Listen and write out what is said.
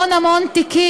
אף אחד לא מתחנן.